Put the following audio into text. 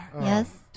Yes